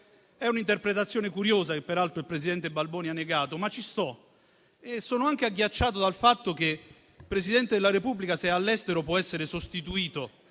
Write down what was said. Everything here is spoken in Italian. È un'interpretazione curiosa, che peraltro il presidente Balboni ha negato, ma mi attengo su essa e sono anche agghiacciato dal pensiero che il Presidente della Repubblica, se è all'estero, può essere sostituito